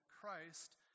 Christ